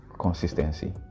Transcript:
consistency